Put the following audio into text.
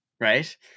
Right